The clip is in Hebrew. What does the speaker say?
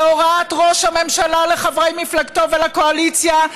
בהוראת ראש הממשלה לחברי מפלגתו ולקואליציה,